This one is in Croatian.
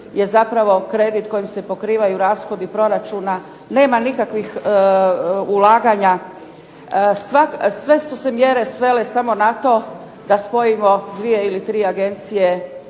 je zapravo kredit kojim se pokrivaju rashodi proračuna, nema nikakvih ulaganja, sve su se mjere svele samo na to da spojimo dvije ili tri agencije